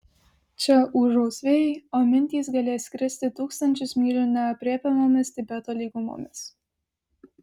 čia ūžaus vėjai o mintys galės skristi tūkstančius mylių neaprėpiamomis tibeto lygumomis